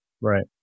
Right